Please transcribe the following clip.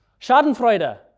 Schadenfreude